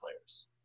players